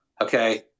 okay